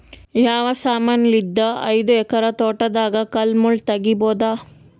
ಯಾವ ಸಮಾನಲಿದ್ದ ಐದು ಎಕರ ತೋಟದಾಗ ಕಲ್ ಮುಳ್ ತಗಿಬೊದ?